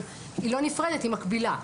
אבל היא לא נפרדת היא מקבילה.